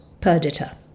perdita